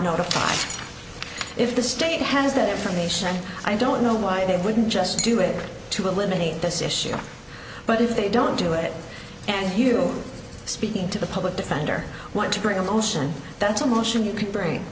notified if the state has that information and i don't know why they wouldn't just do it to eliminate this issue but if they don't do it and you speaking to the public defender want to bring a motion that's a motion you can bring